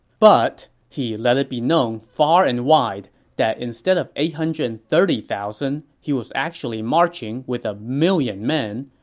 but he let it be known far and wide that instead of eight hundred and thirty thousand, he was actually marching with a million men,